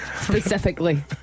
specifically